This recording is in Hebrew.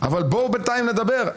אבל בואו בינתיים נדבר.